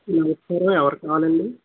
నమస్కారం ఎవరు కావాలండి